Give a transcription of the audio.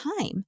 time